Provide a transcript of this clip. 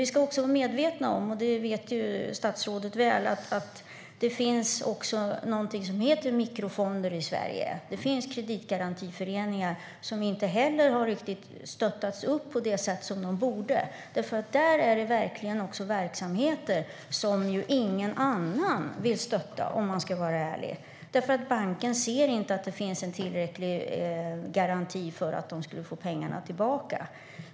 Vi ska vara medvetna om - och det vet statsrådet - att det även finns någonting som heter mikrofonder i Sverige. Det finns kreditgarantiföreningar som inte heller har riktigt stöttats på det sätt de borde. Det gäller verkligen verksamheter som ingen annan vill stötta, om man ska vara ärlig. Banken anser nämligen inte att det finns tillräcklig garanti för att få pengarna tillbaka.